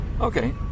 Okay